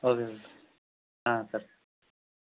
okay sir సరే